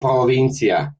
provincia